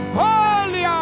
holy